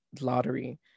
lottery